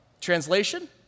Translation